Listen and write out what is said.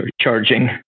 charging